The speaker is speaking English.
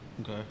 Okay